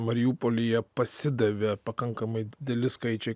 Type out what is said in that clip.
mariupolyje pasidavė pakankamai dideli skaičiai